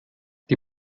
die